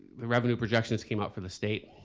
the revenue projections came up from the state.